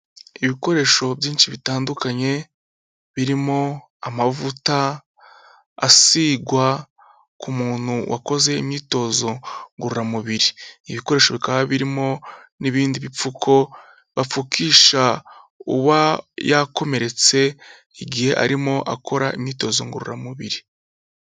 Ibikoresho byinshi bitandukanye, birimo amavuta asigwa ku muntu wakoze imyitozo ngororamubiri, ibi bikoresho bikaba birimo n'ibindi bipfuko bapfukisha uba yakomeretse igihe arimo akora imyitozo ngororamubiri.